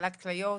מחלת כליות,